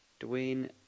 Dwayne